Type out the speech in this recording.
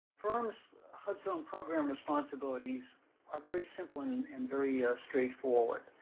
firms hubzone program responsibilities are very simple and and very straightforward.